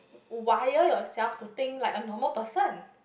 wire yourself to think like a normal person